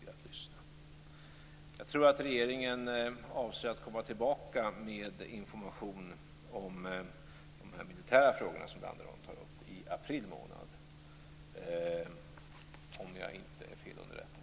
Om jag inte är felunderrättad avser regeringen att komma tillbaka med information om de militära frågor som Landerholm tar upp i april månad.